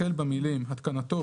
החל במילים "התקנתו,